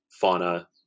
fauna